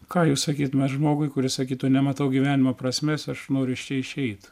ką jūs sakytumėt žmogui kuris sakytų nematau gyvenimo prasmės aš noriu iš čia išeit